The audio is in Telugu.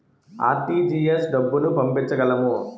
ఆర్.టీ.జి.ఎస్ డబ్బులు పంపించగలము?